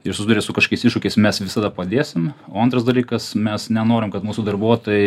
ir susiduria su kažkokiais iššūkiais mes visada padėsim o antras dalykas mes nenorim kad mūsų darbuotojai